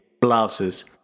Blouses